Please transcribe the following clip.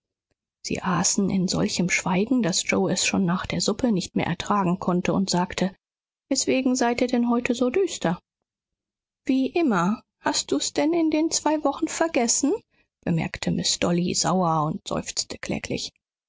sie aßen in solchem schweigen daß yoe es schon nach der suppe nicht mehr ertragen konnte und sagte weswegen seid ihr denn heute so düster wie immer hast du's denn in den zwei wochen vergessen bemerkte miß dolly sauer und seufzte kläglich